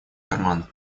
карман